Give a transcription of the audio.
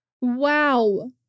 wow